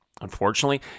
Unfortunately